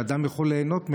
שאדם יכול ליהנות ממנה,